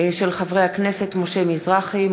בהצעה של חברי הכנסת משה מזרחי,